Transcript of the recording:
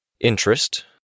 Interest